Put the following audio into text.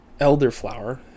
elderflower